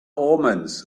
omens